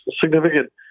significant